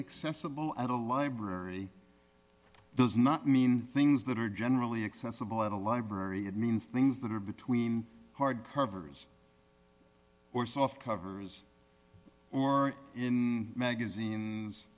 accessible at a library does not mean things that are generally accessible at a library it means things that are between hard covers or soft covers or in magazines